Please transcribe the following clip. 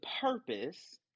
purpose